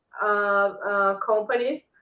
companies